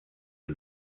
the